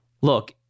Look